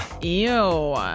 Ew